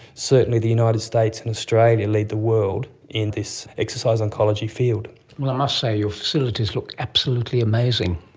certainly the united states and australia lead the world in this exercise oncology field. well, i must say your facilities look absolutely amazing.